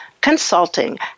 Consulting